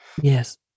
Yes